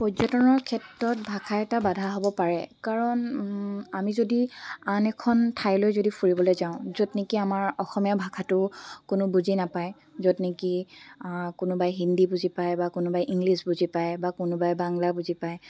পৰ্যটনৰ ক্ষেত্ৰত ভাষা এটা বাধা হ'ব পাৰে কাৰণ আমি যদি আন এখন ঠাইলৈ যদি ফুৰিবলৈ যাওঁ য'ত নেকি আমাৰ অসমীয়া ভাষাটো কোনো বুজি নাপায় য'ত নেকি কোনোবাই হিন্দী বুজি পায় বা কোনোবাই ইংলিছ বুজি পায় বা কোনোবাই বাংলা বুজি পায়